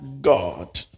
God